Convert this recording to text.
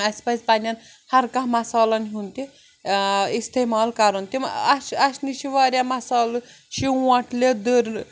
اَسہِ پَزِ پَننٮ۪ن ہر کانٛہہ مصالَن ہُنٛد تہِ اِستعمال کَرُن تِم اَسہِ اَسہِ نِش چھِ واریاہ مسالہٕ شوٗنٛٹھ لیٚدٕر